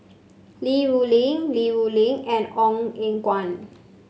Li Rulin Li Rulin and Ong Eng Guan